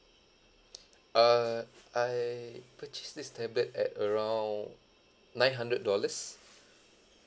err I purchased this tablet at around nine hundred dollars